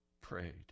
prayed